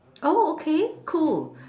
oh okay cool